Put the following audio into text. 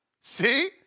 see